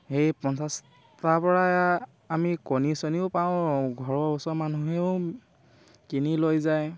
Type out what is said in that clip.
সেই পঞ্চাছটাৰ পৰা আমি কণী চনিও পাওঁ ঘৰৰ ওচৰ মানুহেও কিনি লৈ যায়